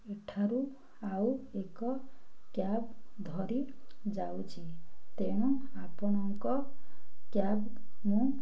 ଏଠାରୁ ଆଉ ଏକ କ୍ୟାବ୍ ଧରି ଯାଉଛି ତେଣୁ ଆପଣଙ୍କ କ୍ୟାବ୍ ମୁଁ